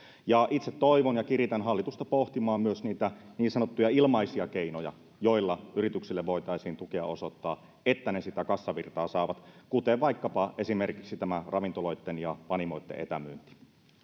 itse toivon ja kiritän hallitusta pohtimaan myös niitä niin sanottuja ilmaisia keinoja joilla yrityksille voitaisiin tukea osoittaa että ne sitä kassavirtaa saavat kuten vaikkapa esimerkiksi ravintoloitten ja panimoitten etämyynti